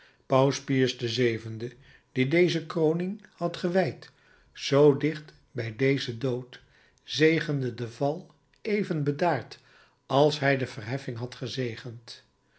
paus pius vii die deze kroning had gewijd zoo dicht bij dezen dood zegende den val even bedaard als hij de verheffing had gezegend